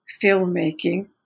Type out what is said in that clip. filmmaking